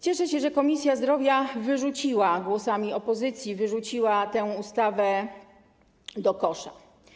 Cieszę się, że Komisja Zdrowia wyrzuciła głosami opozycji tę ustawę do kosza.